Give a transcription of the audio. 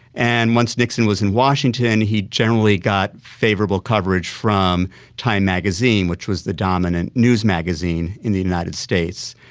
and once nixon was in washington he generally got favourable coverage from time magazine, which was the dominant news magazine in the united states.